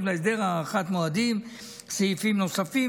להסדר הארכת המועדים סעיפים נוספים,